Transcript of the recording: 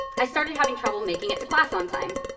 i started having trouble making it to class on time.